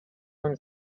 own